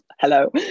hello